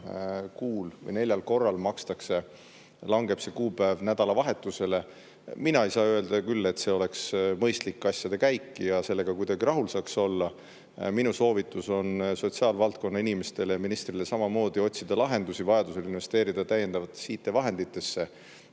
kuul või neljal korral langeb see kuupäev nädalavahetusele. Mina ei saa öelda küll, et see oleks mõistlik asjade käik ja sellega kuidagi rahul saaks olla. Minu soovitus on sotsiaalvaldkonna inimestele, ministrile samamoodi, otsida lahendusi, vajadusel investeerida täiendavatesse IT-vahenditesse.